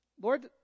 Lord